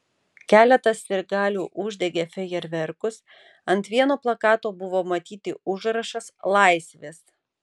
keletas sirgalių uždegė fejerverkus ant vieno plakato buvo matyti užrašas laisvės